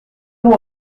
haut